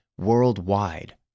worldwide